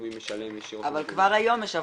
הלאומי משלם -- אבל כבר היום יש הבחנה.